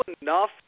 enough